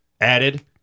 added